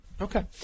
Okay